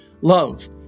love